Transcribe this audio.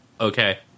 okay